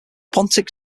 pontic